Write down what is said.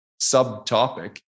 subtopic